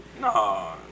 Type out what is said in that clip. No